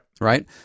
Right